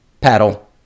paddle